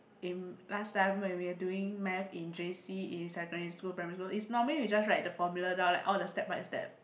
in last time when we were doing maths in J_C in secondary school or primary school is normally we just write the formula down like all the step by step